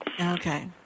Okay